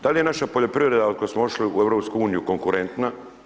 Da li je naš poljoprivreda ako smo ušli u EU konkurentna?